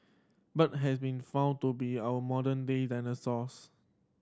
bird has been found to be our modern day dinosaurs